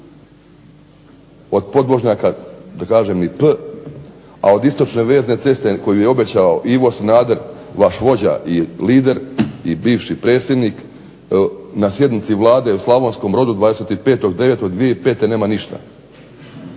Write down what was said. Od podvožnjaka da kažem ni p. A od istočne vezne ceste koju je obećao Ivo Sanader, vaš vođa i lider i bivši predsjednik, na sjednici Vlade u Slavonskom Brodu 25.9.2005. nema ništa.